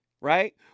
Right